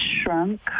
shrunk